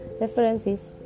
references